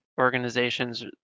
organizations